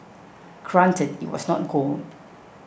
granted it was not gold